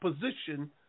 position